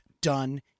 done